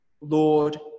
Lord